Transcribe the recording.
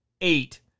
eight